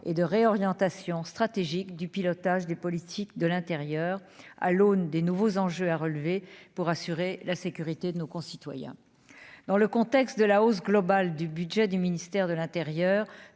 et de réorientation stratégique du pilotage des politiques de l'intérieur, à l'aune des nouveaux enjeux à relever pour assurer la sécurité de nos concitoyens dans le contexte de la hausse globale du budget du ministère de l'Intérieur,